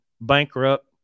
bankrupt